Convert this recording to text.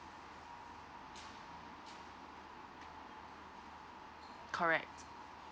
correct